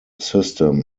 system